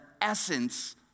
essence